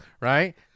right